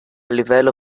livello